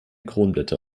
kronblätter